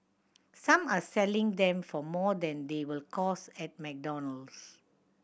some are selling them for more than they will cost at McDonald's